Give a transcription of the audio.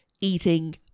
eating